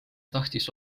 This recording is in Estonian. tahtis